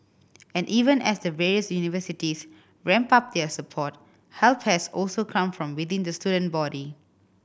and even as the various universities ramp up their support help has also come from within the student body